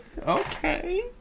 Okay